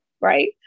right